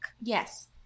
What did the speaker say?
Yes